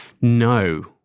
No